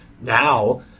now